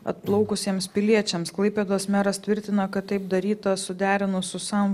atplaukusiems piliečiams klaipėdos meras tvirtina kad taip daryta suderinus su sam